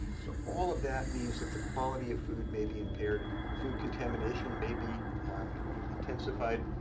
so all of that means that the quality of food may be impaired. food contamination may be intensified.